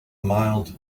mild